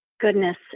goodness